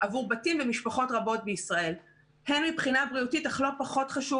עבור בתים ומשפחות רבות בישראל הן מבחינה בריאותית אך לא פחות חשוב,